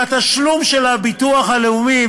התשלום של הביטוח הלאומי,